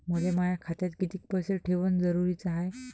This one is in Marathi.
मले माया खात्यात कितीक पैसे ठेवण जरुरीच हाय?